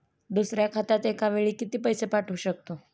दुसऱ्या खात्यात एका वेळी किती पैसे पाठवू शकतो?